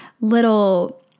little